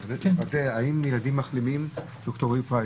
--- האם ילדים מחלימים, ד"ר אלרעי-פרייס,